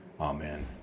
Amen